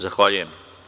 Zahvaljujem.